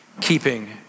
keeping